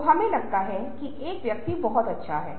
तो वास्तव में यहाँ क्या हो रहा है